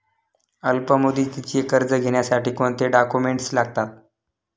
अल्पमुदतीचे कर्ज घेण्यासाठी कोणते डॉक्युमेंट्स लागतात?